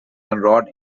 wrote